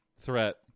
threat